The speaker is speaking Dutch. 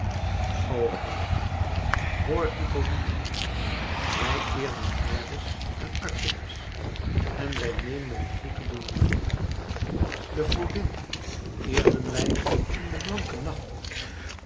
o held hoor hippolyte wij eerden ares en artemis en wij meenden goed te doen de godin eerden wij in de blanke nachten